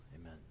Amen